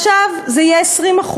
עכשיו זה יהיה 20%,